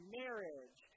marriage